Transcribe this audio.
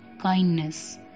kindness